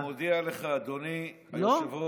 אני מודיע לך, אדוני היושב-ראש,